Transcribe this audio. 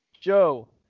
Joe